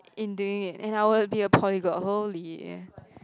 in doing it and I will be a polyglot holy yeah